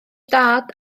dad